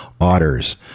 Otters